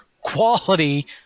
quality